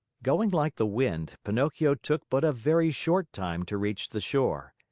going like the wind, pinocchio took but a very short time to reach the shore.